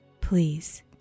Please